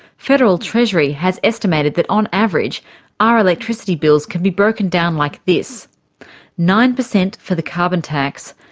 federal treasury has estimated that on average our electricity bills can be broken down like this nine percent for the carbon tax,